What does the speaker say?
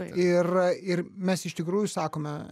ir ir mes iš tikrųjų sakome